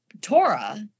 Torah